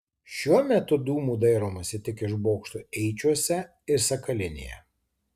šiuo metu dūmų dairomasi tik iš bokštų eičiuose ir sakalinėje